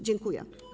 Dziękuję.